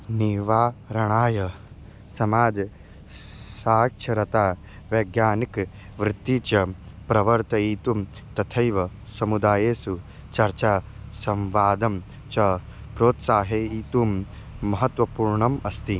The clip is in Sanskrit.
निवारणाय समाज साक्षरता वैज्ञानिकी वृत्तिः च प्रवर्तयितुं तथैव समुदायेषु चर्चा संवादं च प्रोत्साहयितुं महत्वपूर्णम् अस्ति